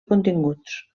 continguts